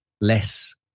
less